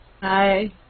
Hi